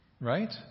Right